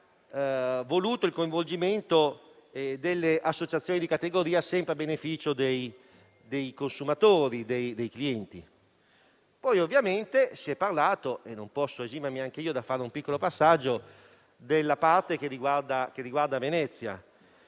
ha voluto il coinvolgimento delle associazioni di categoria, sempre a beneficio dei consumatori, dei clienti. Si è poi parlato - e non posso esimermi neanche io dal fare un breve passaggio - della parte che riguarda Venezia,